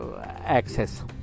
access